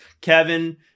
Kevin